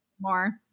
more